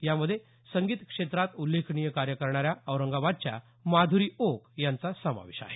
यामध्ये संगीत क्षेत्रात उल्लेखनीय कार्य करणाऱ्या औरंगाबादच्या माध्री ओक यांचा समावेश आहे